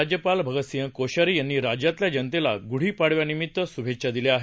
राज्यपाल भगतसिंह कोश्यारी यांनी राज्यातील जनतेला गुढी पाडव्यानिमित्त श्भेच्छा दिल्या आहेत